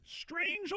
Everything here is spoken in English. Strange